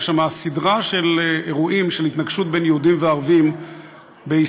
יש שם סדרה של אירועים של התנגשות בין יהודים וערבים בישראל,